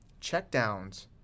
checkdowns